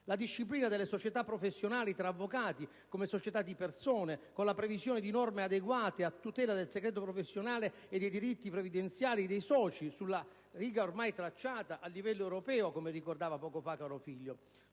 disciplina delle società professionali tra avvocati come società di persone, con la previsione di norme adeguate a tutela del segreto professionale e dei diritti previdenziali dei soci, sulla riga ormai tracciata a livello europeo, come ricordava poc'anzi il